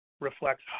reflects